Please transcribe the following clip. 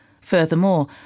Furthermore